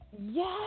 Yes